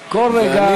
כל רגע.